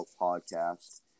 podcast